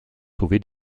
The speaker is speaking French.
sauvé